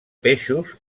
peixos